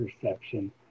perception